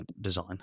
design